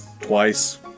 twice